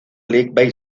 league